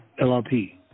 LRP